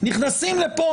נכנסים לפה,